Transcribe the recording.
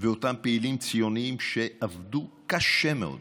ואותם פעילים ציונים, שעבדו קשה מאוד,